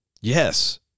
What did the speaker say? Yes